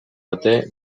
arte